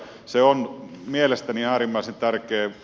se on mielestäni äärimmäisen tärkeää